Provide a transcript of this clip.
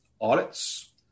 audits